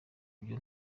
byo